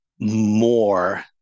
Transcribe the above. more